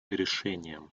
решениям